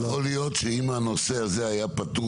יכול להיות שאם הנושא הזה היה פתור